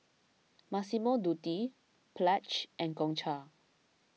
Massimo Dutti Pledge and Gongcha